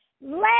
let